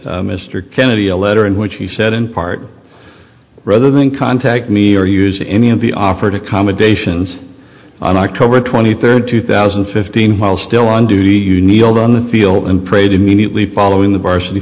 sent mr kennedy a letter in which he said in part rather than contact me or use any of the offered accommodations on october twenty third two thousand and fifteen while still on duty you need on the field and prayed immediately following the bars